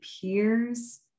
peers